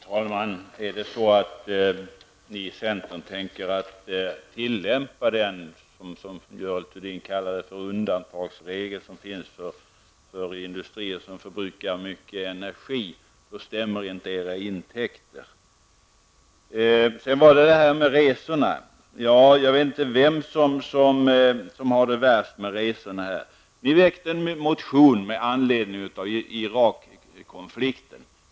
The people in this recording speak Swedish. Fru talman! Är det så att centern tänker tillämpa den av Görel Thurdin kallade undantagsregeln som finns för industrier som förbrukar mycket energi, då stämmer inte deras intäkter. Jag vet inte vem som har det värst när det gäller resorna. Ni i centern väckte en motion med anledning av Irakkonflikten.